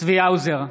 צבי האוזר,